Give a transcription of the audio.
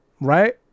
Right